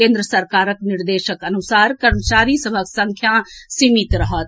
केन्द्र सरकारक निर्देशक अनुसार कर्मचारी सभक संख्या सीमित रहत